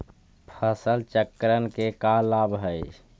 फसल चक्रण के का लाभ हई?